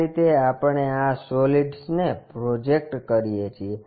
આ રીતે આપણે આ સોલિડ્સને પ્રોજેક્ટ કરીએ છીએ